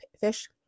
fish